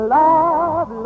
love